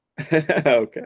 Okay